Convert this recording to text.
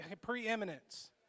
preeminence